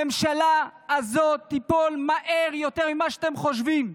הממשלה הזאת תיפול מהר יותר ממה שאתם חושבים,